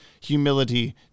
Humility